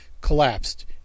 collapsed